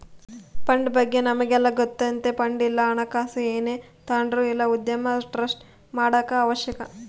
fund ಬಗ್ಗೆ ನಮಿಗೆಲ್ಲ ಗೊತ್ತತೆ ಫಂಡ್ ಇಲ್ಲ ಹಣಕಾಸು ಏನೇ ತಾಂಡ್ರು ಇಲ್ಲ ಉದ್ಯಮ ಸ್ಟಾರ್ಟ್ ಮಾಡಾಕ ಅವಶ್ಯಕ